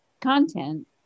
content